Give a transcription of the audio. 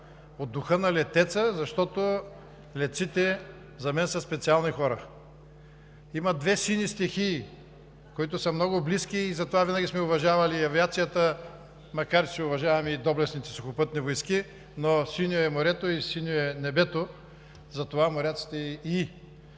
духа на летеца, защото летците за мен са специални хора. Има две сини стихии, които са много близки и затова винаги сме уважавали авиацията, макар че уважаваме и доблестните Сухопътни войски, но „синьо е морето и синьо е небето“, затова моряците и